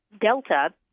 Delta